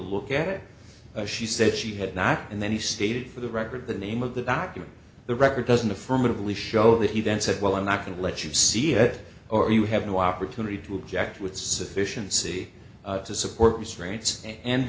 look at it as she said she had not and then he stated for the record the name of the document the record doesn't affirmatively show that he then said well i'm not going to let you see it or you have no opportunity to object with sufficiency to support restraints and